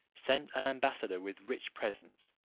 sent an ambassador with rich presents